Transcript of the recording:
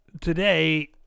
today